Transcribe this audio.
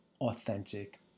authentic